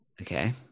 okay